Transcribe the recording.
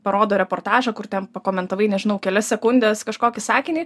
parodo reportažą kur ten pakomentavai nežinau kelias sekundes kažkokį sakinį